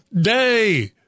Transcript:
day